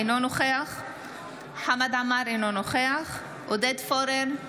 אינו נוכח חמד עמאר, אינו נוכח עודד פורר,